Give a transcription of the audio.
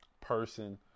person